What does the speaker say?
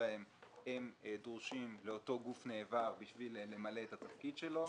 להן דרושים לאותו גוף נעבר בשביל למלא את התפקיד שלו,